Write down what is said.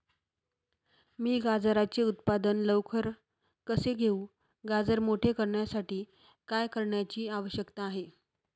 मी गाजराचे उत्पादन लवकर कसे घेऊ? गाजर मोठे करण्यासाठी काय करण्याची आवश्यकता आहे?